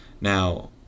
Now